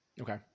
Okay